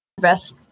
best